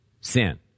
sin